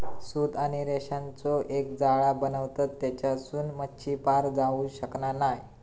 सूत आणि रेशांचो एक जाळा बनवतत तेच्यासून मच्छी पार जाऊ शकना नाय